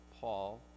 Paul